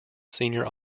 senior